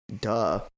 Duh